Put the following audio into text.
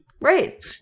Right